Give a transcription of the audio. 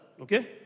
okay